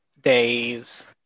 days